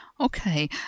Okay